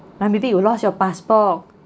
me maybe you lost your passport